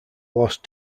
lost